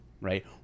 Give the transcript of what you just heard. right